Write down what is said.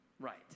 Right